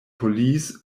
police